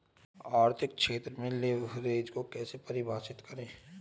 आर्थिक क्षेत्र में लिवरेज को कैसे परिभाषित करेंगे?